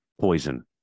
poison